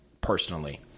personally